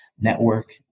network